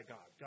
God